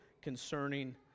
concerning